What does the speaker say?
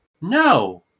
No